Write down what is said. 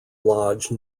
lodge